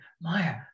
maya